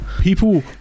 People